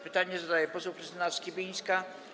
Pytanie zadaje poseł Krystyna Skibińska.